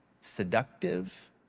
seductive